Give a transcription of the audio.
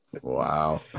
Wow